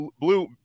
blue –